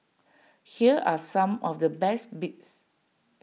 here are some of the best bits